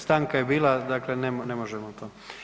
Stanka je bila, dakle ne možemo to.